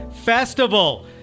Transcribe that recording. Festival